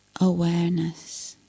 awareness